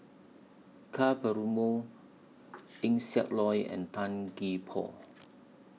Ka Perumal Eng Siak Loy and Tan Gee Paw